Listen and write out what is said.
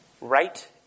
Right